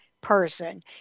person